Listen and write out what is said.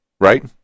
right